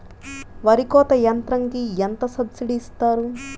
వరి కోత యంత్రంకి ఎంత సబ్సిడీ ఇస్తారు?